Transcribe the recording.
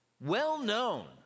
well-known